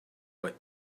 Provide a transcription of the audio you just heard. but